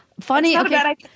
Funny